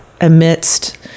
amidst